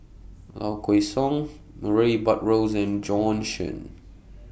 Low Kway Song Murray Buttrose and Bjorn Shen